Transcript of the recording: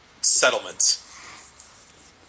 Settlements